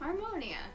Harmonia